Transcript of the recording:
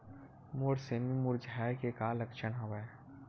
मोर सेमी मुरझाये के का लक्षण हवय?